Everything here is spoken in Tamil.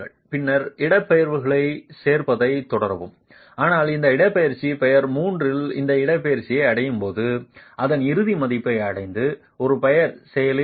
பின்னர் இடப்பெயர்வுகளைச் சேர்ப்பதைத் தொடரவும் ஆனால் இந்த இடப்பெயர்ச்சி பையர் 3 இல் இந்த இடப்பெயர்ச்சியை அடையும் போது அதன் இறுதி மதிப்பை அடைந்தது அது பையர் செயலில் இல்லை